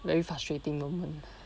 very frustrating moment